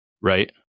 right